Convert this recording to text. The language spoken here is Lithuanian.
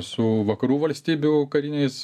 su vakarų valstybių kariniais